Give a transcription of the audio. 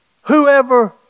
Whoever